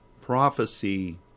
Prophecy